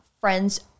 friends